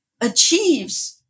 achieves